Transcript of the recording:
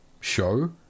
show